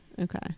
Okay